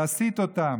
להסיט אותם,